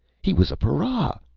he was a para!